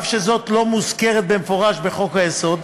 ואף שזאת לא מוזכרת במפורש בחוק-היסוד,